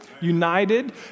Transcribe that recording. united